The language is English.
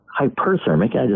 hyperthermic